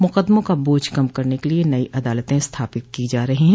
मुकदमों का बोझ कम करने के लिये नई अदालते स्थापित की जा रही है